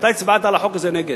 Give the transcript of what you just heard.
אתה הצבעת על החוק הזה נגד.